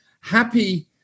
happy